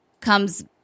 comes